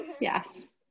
yes